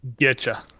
Getcha